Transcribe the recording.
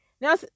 Now